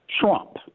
Trump